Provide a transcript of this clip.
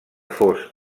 fos